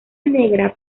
negra